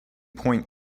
point